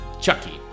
Chucky